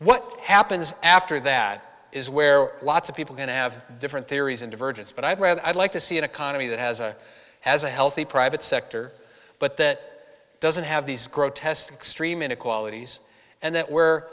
what happens after that is where lots of people going to have different theories of divergence but i'd rather i'd like to see an economy that has a has a healthy private sector but that doesn't have these grotesque extreme inequalities and that where